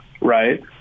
right